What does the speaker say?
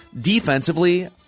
defensively